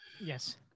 Yes